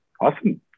Awesome